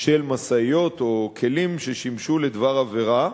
של משאיות או כלים ששימשו לדבר עבירה.